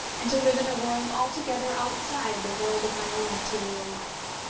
and to live in a world altogether outside the world of my own material life.